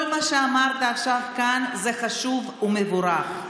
כל מה שאמרת כאן עכשיו הוא חשוב ומבורך,